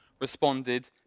responded